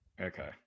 Okay